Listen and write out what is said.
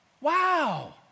Wow